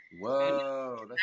Whoa